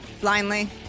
Blindly